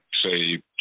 say